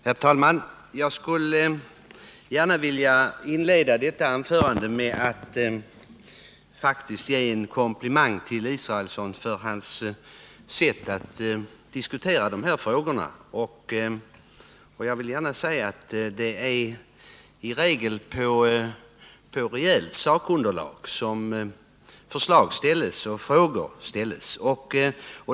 Herr talman! Jag skulle faktiskt gärna vilja inleda detta anförande med att ge en komplimang till Per Israelsson för hans sätt att diskutera dessa frågor. Det är i regel på reellt sakunderlag som förslag framförs och frågor ställs.